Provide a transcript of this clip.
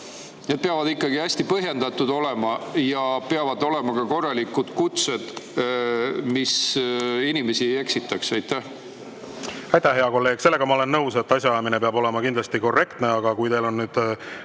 aegades peavad ikkagi hästi põhjendatud olema ja peavad olema ka korralikud kutsed, et inimesi ei eksitataks. Aitäh, hea kolleeg! Sellega ma olen nõus, et asjaajamine peab olema kindlasti korrektne. Aga kui teil on küsimusi